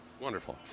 Wonderful